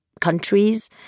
countries